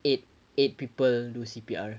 eight eight people do C_P_R